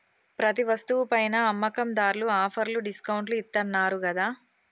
ప్రతి వస్తువు పైనా అమ్మకందార్లు ఆఫర్లు డిస్కౌంట్లు ఇత్తన్నారు గదా